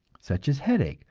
such as headache,